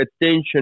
attention